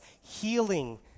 healing